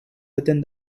within